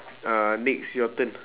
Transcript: uh next your turn